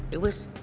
it was.